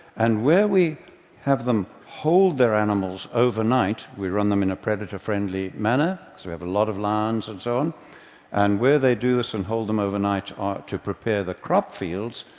and where we have them hold their animals overnight we run them in a predator-friendly manner, because we have a lot of lands, and so on and where they do this and hold them overnight ah to prepare the crop fields,